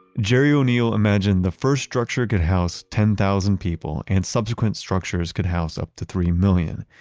gerry o'neill imagined the first structure could house ten thousand people, and subsequent structures could house up to three million.